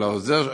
או לעוזר שלי.